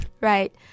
Right